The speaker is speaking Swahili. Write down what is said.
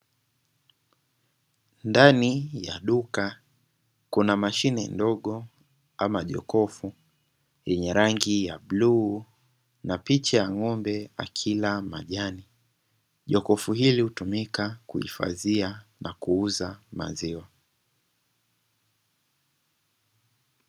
Ndani ya duka kuna mashine ndogo ama jokofu lenye rangi ya bluu na picha ya ng'ombe akila majani, jokofu hili hutumika kuhifadhia na kuuza maziwa.